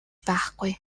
байхгүй